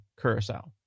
curacao